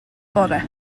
bore